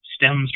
stems